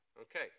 Okay